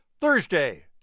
Thursday